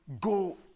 go